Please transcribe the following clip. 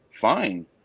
fine